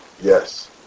yes